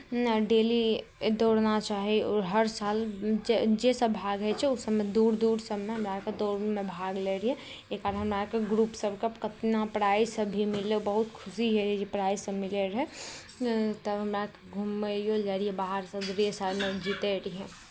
daily दौड़ना चाही आओर हर साल जे जे सभ भाग होइ छै ओ सभमे दूर दूर सभमे हमरा आरके दौड़मे भाग लैत रहियै ई कारण हमरा आरके ग्रुप सभके कतना प्राइजसभ भी मिललै बहुत खुशी होइत रहै प्राइजसभ जे मिलैत रहै तऽ हमरा आरकेँ घुमैओ लए जाइत रहियै बाहरसभ रेस आरमे जीतयके लिए